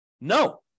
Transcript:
No